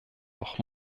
doch